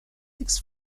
six